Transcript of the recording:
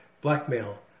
blackmail